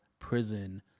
prison